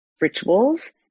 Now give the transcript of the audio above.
rituals